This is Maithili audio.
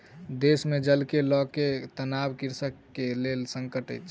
देश मे जल के लअ के तनाव कृषक के लेल संकट अछि